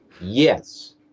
yes